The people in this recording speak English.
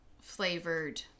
flavored